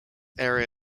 area